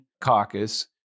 caucus